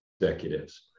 executives